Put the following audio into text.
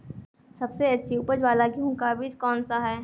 सबसे अच्छी उपज वाला गेहूँ का बीज कौन सा है?